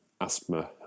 asthma